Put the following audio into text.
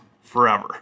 forever